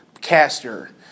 caster